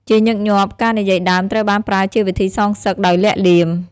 ជាញឹកញាប់ ការនិយាយដើមត្រូវបានប្រើជាវិធីសងសឹកដោយលាក់លៀម។